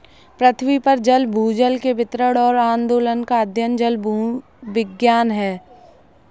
पृथ्वी पर जल भूजल के वितरण और आंदोलन का अध्ययन जलभूविज्ञान है